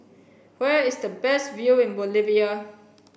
where is the best view in Bolivia